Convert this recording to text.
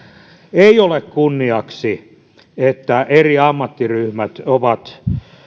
ei ole kunniaksi että eri ammattiryhmät ovat